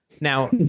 Now